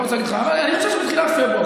אני חושב שבתחילת בפברואר,